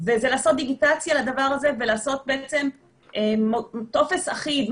וזה לעשות דיגיטציה לדבר הזה ולעשות בעצם טופס אחיד,